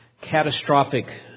catastrophic